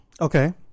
Okay